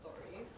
stories